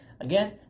Again